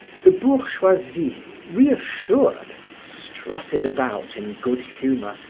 the bourgeoisie, reassured, strutted about in good humor,